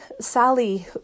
Sally